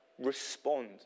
respond